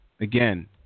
Again